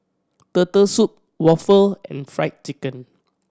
Turtle Soup waffle and Fried Chicken